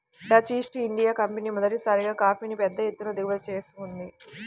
Dutch East India Company మొదటిసారిగా కాఫీని పెద్ద ఎత్తున దిగుమతి చేసుకుంది